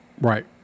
Right